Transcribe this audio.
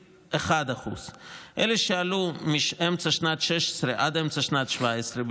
66.1%; אלה שעלו מאמצע שנת 2016 עד אמצע שנת 2017,